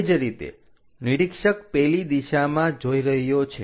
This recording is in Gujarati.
તે જ રીતે નિરીક્ષક પેલી દિશામાં જોઈ રહ્યો છે